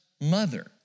mother